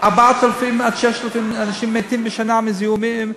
4,000 6,000 אנשים מתים בשנה מזיהומים,